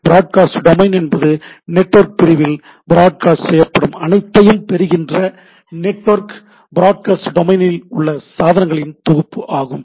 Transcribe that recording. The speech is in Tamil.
ப்ராட்கேஸ்ட் டொமைன் என்பது நெட்வொர்க் பிரிவில் ப்ராட்கேஸ்ட் செய்யப்படும் அனைத்தையும் பெருகின்ற கேட்கின்ற நெட்வொர்க் ப்ராட்கேஸ்ட் டொமைனில் உள்ள சாதனங்களின் தொகுப்பு ஆகும்